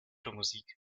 musik